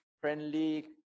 friendly